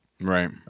Right